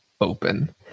open